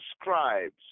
scribes